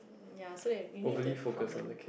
ya so they you need to have common